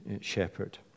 shepherd